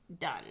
done